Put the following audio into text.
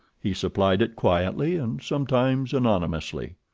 he supplied it quietly and sometimes anonymously.